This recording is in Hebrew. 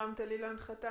הרמת לי להנחתה.